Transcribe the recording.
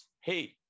Hey